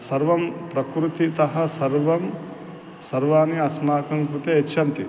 सर्वं प्रकृतितः सर्वं सर्वाणि अस्माकं कृते यच्छन्ति